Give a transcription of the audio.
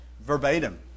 verbatim